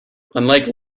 unlike